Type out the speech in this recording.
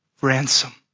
ransom